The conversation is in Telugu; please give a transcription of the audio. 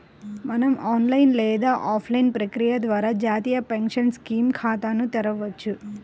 మనం ఆన్లైన్ లేదా ఆఫ్లైన్ ప్రక్రియ ద్వారా జాతీయ పెన్షన్ స్కీమ్ ఖాతాను తెరవొచ్చు